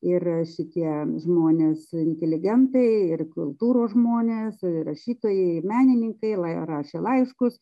ir šitie žmonės inteligentai ir kultūros žmonės rašytojai menininkai laja rašė laiškus